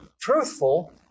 truthful